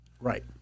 Right